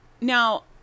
Now